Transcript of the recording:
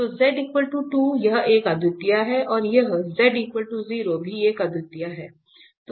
तो z 2 यह एक अद्वितीयता है और यह z 0 भी एक अद्वितीयता है